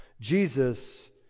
Jesus